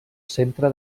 centre